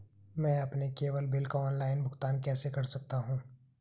मैं अपने cable bill का ऑनलाइन भुगतान कैसे कर सकता हूं?